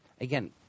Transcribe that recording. Again